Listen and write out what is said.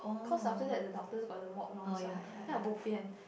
cause after that the doctors got to walk rounds ah then I bobian